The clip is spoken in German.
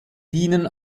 dienen